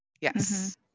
yes